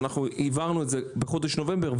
שאנחנו העברנו את זה בחודש נובמבר,